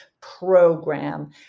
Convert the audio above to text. Program